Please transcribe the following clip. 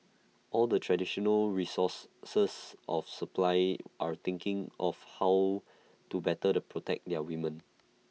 all the traditional resource source of supply are thinking of how to better A protect their women